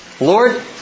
Lord